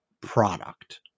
product